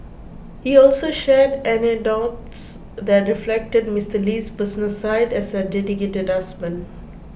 he also shared anecdotes that reflected Mister Lee's personal side as a dedicated husband